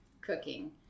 cooking